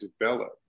develop